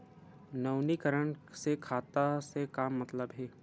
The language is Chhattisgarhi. नवीनीकरण से खाता से का मतलब हे?